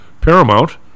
Paramount